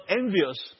envious